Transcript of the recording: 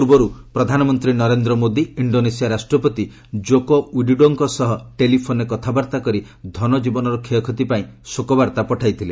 ପୂର୍ବରୁ ପ୍ରଧାନମନ୍ତ୍ରୀ ନରେନ୍ଦ୍ର ମୋଦି ଇଷ୍ଡୋନେସିଆ ରାଷ୍ଟ୍ରପତି ଜୋକୋ ୱିଡୋଡଙ୍କ ସହ ଟେଲିଫୋନ୍ରେ କଥାବାର୍ତ୍ତା କରି ଧନଜୀବନର କ୍ଷୟକ୍ଷତି ପାଇଁ ଶୋକବାର୍ତ୍ତା ପଠାଇଥିଲେ